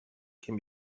can